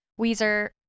Weezer